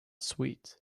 sweet